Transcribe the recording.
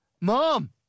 Mom